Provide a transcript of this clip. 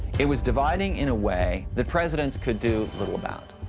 it was dividing in a way that presidents could do little about.